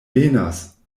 venas